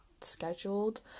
scheduled